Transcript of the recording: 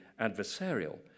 adversarial